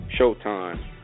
Showtime